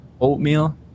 Oatmeal